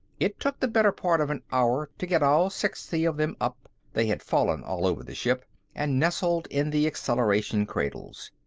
it took the better part of an hour to get all sixty of them up they had fallen all over the ship and nestled in the acceleration cradles.